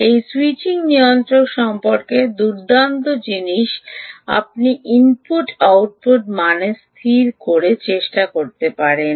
এটি স্যুইচিং নিয়ন্ত্রক সম্পর্কে দুর্দান্ত জিনিস আপনি ইনপুট আউটপুট মান স্থির করে চেষ্টা করতে পারেন